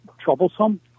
troublesome